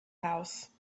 house